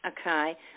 okay